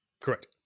Correct